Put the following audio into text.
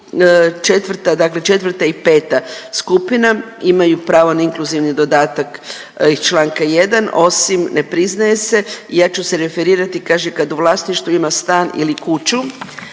četvrta i peta skupina imaju pravo na inkluzivni dodatak iz Članka 1. osim ne priznaje se i ja ću se referirati kaže kad u vlasništvu ima stan ili kuću